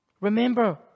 Remember